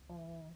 oh